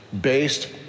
based